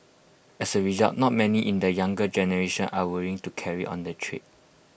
as A result not many in the younger generation are willing to carry on the trade